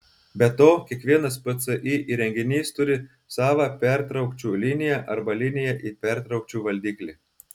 be to kiekvienas pci įrenginys turi savą pertraukčių liniją arba liniją į pertraukčių valdiklį